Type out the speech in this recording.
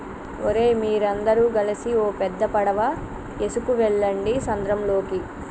ఓరై మీరందరు గలిసి ఓ పెద్ద పడవ ఎసుకువెళ్ళండి సంద్రంలోకి